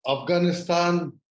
Afghanistan